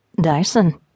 Dyson